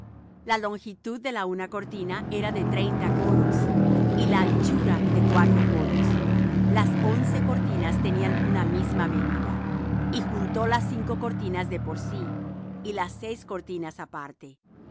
la longitud de la una cortina era de treinta codos y la anchura de cuatro codos las once cortinas tenían una misma medida y juntó las cinco cortinas de por sí y las seis cortinas aparte